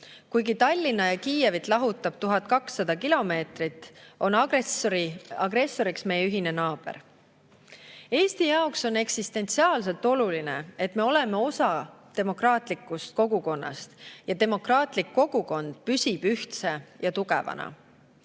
Kuigi Tallinna ja Kiievit lahutab 1200 kilomeetrit, on agressoriks meie ühine naaber. Eesti jaoks on eksistentsiaalselt oluline, et me oleme osa demokraatlikust kogukonnast ja demokraatlik kogukond püsib ühtse ja tugevana.